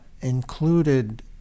included